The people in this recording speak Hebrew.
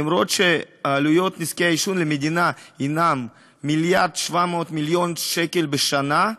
עלויות נזקי העישון למדינה הן 1.7 מיליארד שקל בשנה,